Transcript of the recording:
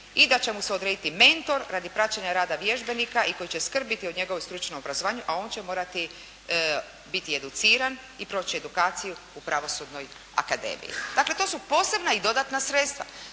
i da će mu se odrediti mentor, radi praćenja rada vježbenika i koji će skrbiti o njegovom stručnom obrazovanju, a on će morati biti educiran i proći edukaciju u pravosudnoj akademiji. Dakle, to su posebna i dodatna sredstva.